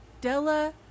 della